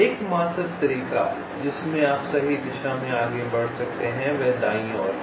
एकमात्र तरीका जिसमें आप सही दिशा में आगे बढ़ सकते हैं वह दाईं ओर है